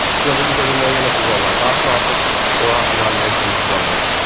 two hundred and thirty million at the worldwide box office, four oscar nominations, one win.